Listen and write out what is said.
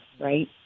right